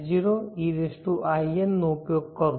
n નો ઉપયોગ કરું